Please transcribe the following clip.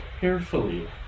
carefully